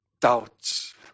doubts